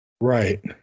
Right